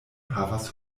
havas